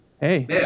hey